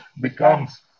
becomes